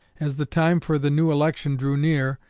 as the time for the new election drew near,